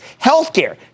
healthcare